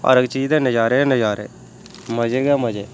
हर इक चीज़ दे नज़ारे गै नज़ारे मज़े गै मज़े